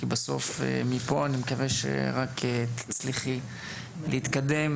כי בסוף מפה אני מקווה שרק תצליחי להתקדם